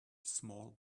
small